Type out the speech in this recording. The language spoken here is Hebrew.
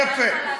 יפה.